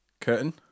Curtain